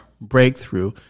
breakthrough